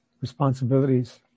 responsibilities